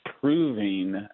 proving